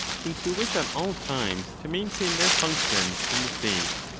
since we wish at all times to maintain their functions in the state.